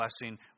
blessing